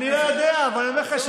אני יודע, אבל אני אומר לך,